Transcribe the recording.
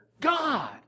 God